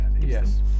Yes